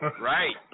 Right